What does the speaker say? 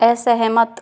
असहमत